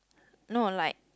no like